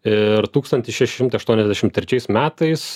ir tūkstantis šeši šimtai aštuoniasdešim trečiais metais